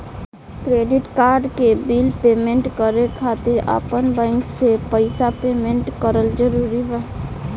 Credit card के bill payment करे खातिर आपन बैंक से पईसा पेमेंट करल जरूरी बा?